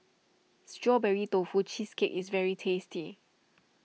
Strawberry Tofu Cheesecake is very tasty